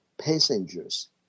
passengers